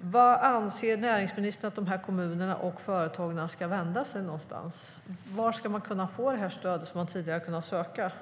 Vart anser näringsministern att de här kommunerna och företagen ska vända sig? Var ska man kunna få det här stödet, som man tidigare har kunnat söka?